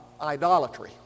idolatry